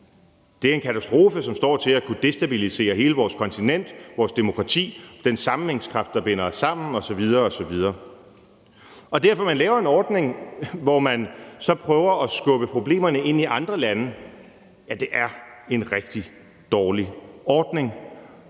Det er en katastrofe, som står til at kunne destabilisere hele vores kontinent, vores demokrati, den sammenhængskraft, der binder os sammen, osv. osv. Og at ville lave en ordning, hvor man så prøver at skubbe problemerne ind i andre lande, er en rigtig dårlig ordning,